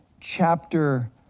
chapter